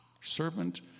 servant